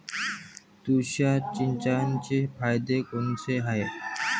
तुषार सिंचनाचे फायदे कोनचे हाये?